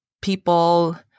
people